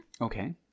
Okay